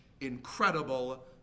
incredible